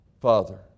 Father